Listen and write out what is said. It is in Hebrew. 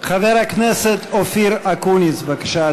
אופיר אקוניס, בבקשה,